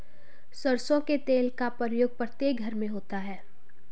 सरसों के तेल का प्रयोग प्रत्येक घर में होता है